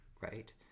Right